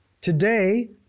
Today